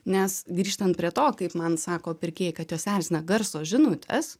nes grįžtant prie to kaip man sako pirkėjai kad juos erzina garso žinutės